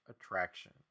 attraction